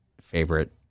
favorite